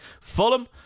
Fulham